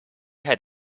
had